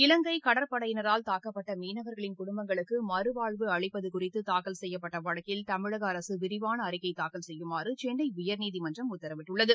இலங்கை கடற்படையினரால் தாக்கப்பட்ட மீனவர்களின் குடும்பங்களுக்கு மறுவாழ்வு அளிப்பது குறித்து தூக்கல் செய்யப்பட்ட வழக்கில் தமிழக அரசு விரிவான அறிக்கை தூக்கல் செய்யுமாறு சென்னை உயர்நீதிமன்றம் உத்தரவிட்டுள்ளது